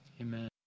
Amen